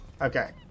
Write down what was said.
Okay